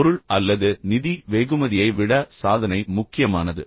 பொருள் அல்லது நிதி வெகுமதியை விட சாதனை முக்கியமானது